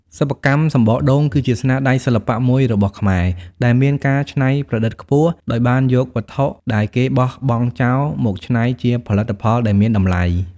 សិប្បកម្មសំបកដូង គឺជាស្នាដៃសិល្បៈមួយរបស់ខ្មែរដែលមានការច្នៃប្រឌិតខ្ពស់ ដោយបានយកវត្ថុដែលគេបោះបង់ចោលមកច្នៃជាផលិតផលដែលមានតម្លៃ។